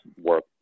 work